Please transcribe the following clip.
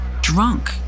drunk